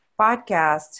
podcast